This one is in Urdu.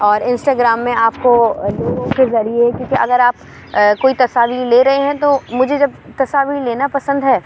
اور انسٹا گرام میں آپ کو لوگوں کے ذریعے کیونکہ اگر آپ کوئی تصاویر لے رہیں تو مجھے جب تصاویر لینا پسند ہے